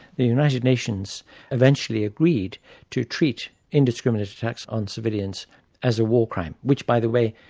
the united nations eventually agreed to treat indiscriminate attacks on civilians as a war crime, which by the way,